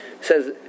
says